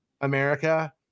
America